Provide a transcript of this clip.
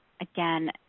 Again